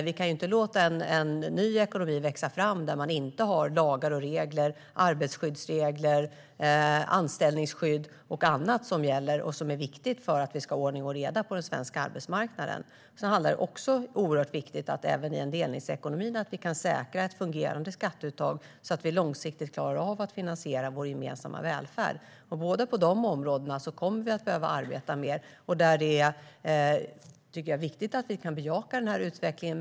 Vi kan inte låta det växa fram en ny ekonomi där man inte har lagar och regler - arbetsskyddsregler, anställningsskydd och annat som gäller och är viktigt för att vi ska ha ordning och reda på den svenska arbetsmarknaden. Det är även i en delningsekonomi oerhört viktigt att vi kan säkra ett fungerande skatteuttag så att vi långsiktigt klarar av att finansiera vår gemensamma välfärd. På båda de områdena kommer vi att behöva arbeta mer. Det är viktigt att vi kan bejaka utvecklingen.